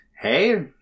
Hey